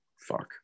Fuck